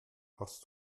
hast